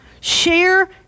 Share